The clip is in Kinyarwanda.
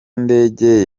ndege